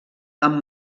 amb